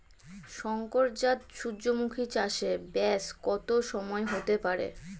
শংকর জাত সূর্যমুখী চাসে ব্যাস কত সময় হতে পারে?